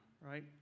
right